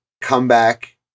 comeback